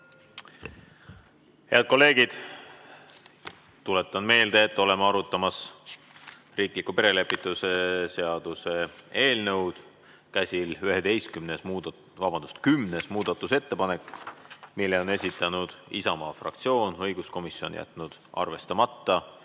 Head kolleegid! Tuletan meelde, et oleme arutamas riikliku perelepitusteenuse seaduse eelnõu. Käsil on kümnes muudatusettepanek, mille on esitanud Isamaa fraktsioon, õiguskomisjon on jätnud arvestamata.